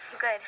Good